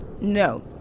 No